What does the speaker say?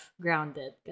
grounded